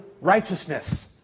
righteousness